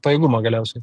pajėgumą galiausiai